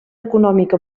econòmica